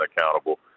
accountable